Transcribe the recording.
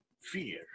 fear